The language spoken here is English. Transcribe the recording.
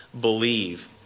believe